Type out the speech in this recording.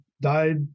died